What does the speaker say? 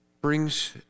brings